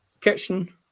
Kitchen